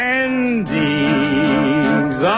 endings